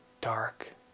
dark